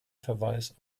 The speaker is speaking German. verweis